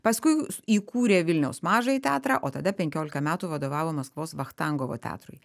paskui įkūrė vilniaus mažąjį teatrą o tada penkiolika metų vadovavo maskvos vachtangovo teatrui